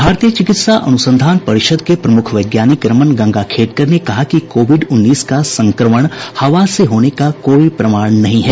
भारतीय चिकित्सा अनुसंधान परिषद के प्रमुख वैज्ञानिक रमन गंगाखेडकर ने कहा कि कोविड उन्नीस का संक्रमण हवा से होने का कोई प्रमाण नहीं है